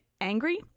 angry